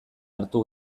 hartu